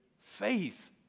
Faith